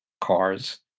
cars